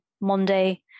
Monday